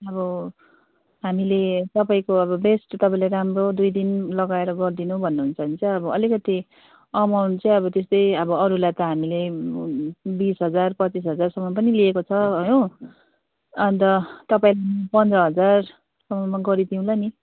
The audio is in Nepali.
अब हामीले तपाईँको अब बेस्ट तपाईँले राम्रो दुई दिन लगाएर गरिदिनु भन्नुहुन्छ भने चाहिँ अब अलिकति एमाउन्ट चाहिँ अब त्यस्तै अब अरूलाई चाहिँ हामीले बिस हजार पच्चिस हजारसम्म पनि लिएको छ हो अन्त तपाईँ पन्ध्र हजारसम्ममा गरिदिउँला नि